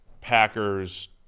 Packers